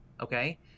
okay